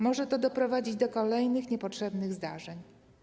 Może to doprowadzić do kolejnych niepotrzebnych zdarzeń.